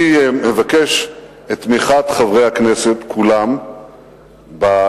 אני מבקש את תמיכת חברי הכנסת כולם בתוכניות